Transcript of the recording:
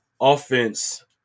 offense